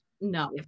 No